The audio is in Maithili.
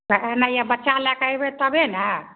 तऽ एनहिए बच्चा लै के ऐबे तबे ने